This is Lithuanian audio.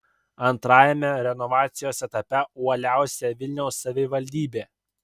antrajame renovacijos etape uoliausia vilniaus savivaldybė